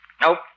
Nope